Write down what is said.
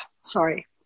sorry